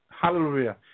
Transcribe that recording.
Hallelujah